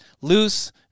loose